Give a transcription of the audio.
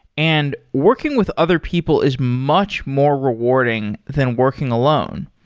and working with other people is much more rewarding than working alone.